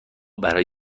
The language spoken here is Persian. برای